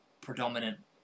predominant